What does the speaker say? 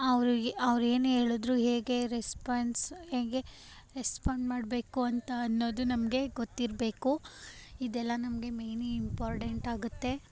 ಅವರು ಅವರು ಏನು ಹೇಳಿದ್ರೂ ಹೇಗೆ ರೆಸ್ಪಾನ್ಸ್ ಹೇಗೆ ರೆಸ್ಪಾಂಡ್ ಮಾಡಬೇಕು ಅಂತ ಅನ್ನೋದು ನಮಗೆ ಗೊತ್ತಿರಬೇಕು ಇದೆಲ್ಲ ನಮಗೆ ಮೇಯ್ನ್ ಇಂಪಾರ್ಟೆಂಟಾಗುತ್ತೆ